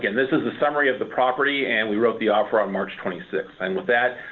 and this is the summary of the property and we wrote the offer um march twenty sixth. and with that,